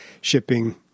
shipping